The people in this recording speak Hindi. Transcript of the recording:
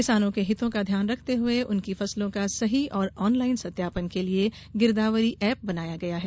किसानों के हितों का ध्यान रखते हए उनकी फसलों का सही और ऑनलाईन सत्यापन के लिये गिरदावरी एप बनाया गया है